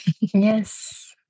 Yes